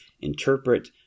interpret